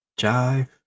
Jive